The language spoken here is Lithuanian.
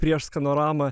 prieš skanoramą